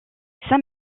saint